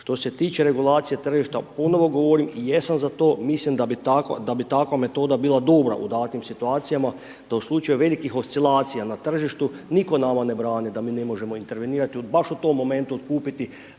Što se tiče regulacije tržišta, ponovo govorim i jesam za to, mislim da bi takva, da bi takva metoda bila dobra u datim situacijama, da u slučaju velikih oscilacija na tržištu nitko nama ne brani da mi ne možemo intervenirati baš u tom momentu otkupiti